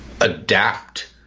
adapt